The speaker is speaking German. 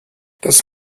das